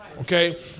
okay